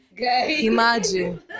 Imagine